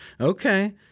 okay